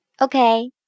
Okay